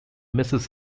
misses